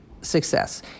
Success